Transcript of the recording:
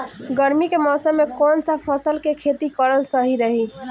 गर्मी के मौषम मे कौन सा फसल के खेती करल सही रही?